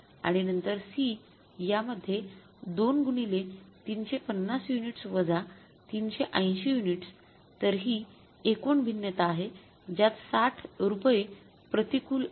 आणि नंतर C यामध्ये २ गुणिले ३५० युनिट्स वजा ३८० युनिट्स तर हि एकूण भिन्नता आहे ज्यात ६० रुपय प्रतिकूल आहेत